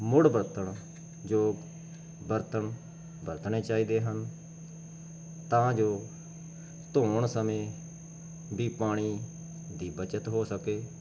ਮੁੜ ਵਰਤਣਯੋਗ ਬਰਤਨ ਵਰਤਣੇ ਚਾਹੀਦੇ ਹਨ ਤਾਂ ਜੋ ਧੋਣ ਸਮੇਂ ਵੀ ਪਾਣੀ ਦੀ ਬੱਚਤ ਹੋ ਸਕੇ